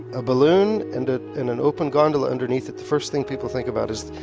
a balloon and ah in an open gondola underneath it. the first thing people think about is,